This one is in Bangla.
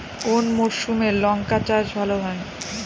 কোন মরশুমে লঙ্কা চাষ ভালো হয়?